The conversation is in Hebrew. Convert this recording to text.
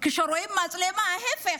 כשרואים מצלמה, זה להפך,